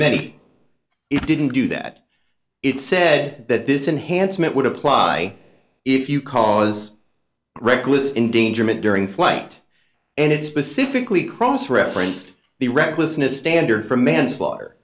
many it didn't do that it said that this enhanced meant would apply if you cause reckless endangerment during flight and it specifically cross referenced the recklessness standard for manslaughter